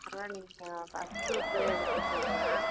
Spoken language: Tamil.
அதான் நீங்கள் ஃபஸ்ட் க்ரூப்பே எடுத்துக்கங்க